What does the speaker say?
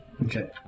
Okay